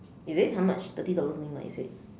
is it how much thirty dollars only [what] you said